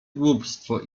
głupstwo